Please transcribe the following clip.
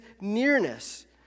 nearness